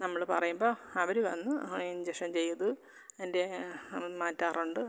നമ്മൾ പറയുമ്പം അവർ വന്ന് ആ ഇൻജഷൻ ചെയ്ത് എൻ്റെ മാറ്റാറുണ്ട്